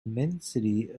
immensity